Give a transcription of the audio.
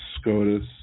SCOTUS